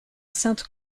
sainte